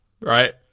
right